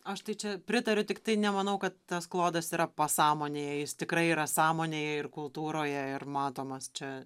aš tai čia pritariu tiktai nemanau kad tas klodas yra pasąmonėje jis tikrai yra sąmonėje ir kultūroje ir matomas čia